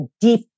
deep